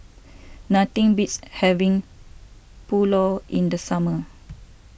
nothing beats having Pulao in the summer